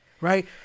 right